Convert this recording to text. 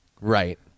Right